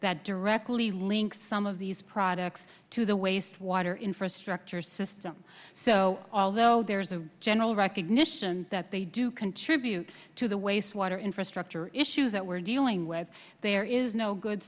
that directly link some of these products to the waste water infrastructure system so although there's a general recognition that they do contribute to the waste water infrastructure issues that we're dealing with there is no good